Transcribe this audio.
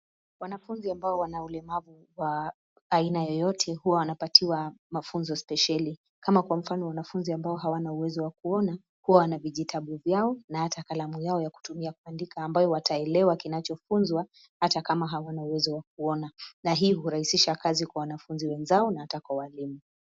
Wanafunzi ambao wana ulemavu wa aina yoyote huwa wanapatiwa mafunzo spesheli, kama kwa mfano wanafunzi ambao hawana uwezo wa kuona huwa wanavijitabu vyao na hata kalamu yao ya kutumia kuandika ambayo wataelewa kinacho funzwa hata kama hawana uwezo wa kuona ,na hii kurahisisha kazi kwa wanafunzi wenzao na hata kwa walimu.